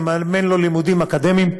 נממן לו לימודים אקדמיים,